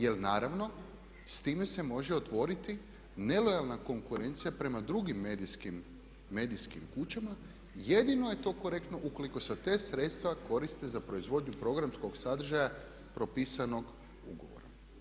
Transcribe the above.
Jer naravno s time se može otvoriti nelojalna konkurencija prema drugim medijskim kućama, jedino je to korektno ukoliko se ta sredstva koriste za proizvodnju programskog sadržaja propisanog ugovorom.